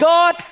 God